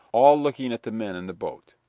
all looking at the men in the boat.